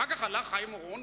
אחר כך עלה חיים אורון,